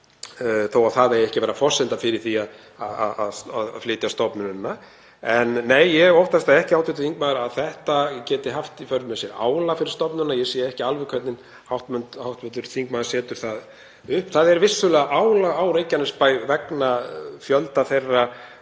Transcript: þó að það eigi ekki að vera forsenda fyrir því að flytja stofnunina. En nei, ég óttast ekki að þetta geti haft í för með sér álag fyrir stofnunina. Ég sé ekki alveg hvernig hv. þingmaður fær það út. Það er vissulega álag á Reykjanesbæ vegna fjölda þeirra